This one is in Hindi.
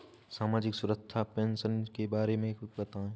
सामाजिक सुरक्षा पेंशन योजना के बारे में बताएँ?